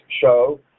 show